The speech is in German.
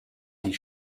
die